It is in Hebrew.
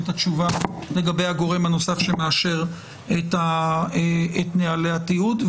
את התשובה לגבי הגורם הנוסף שמאשר את נהלי התיעוד.